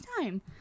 time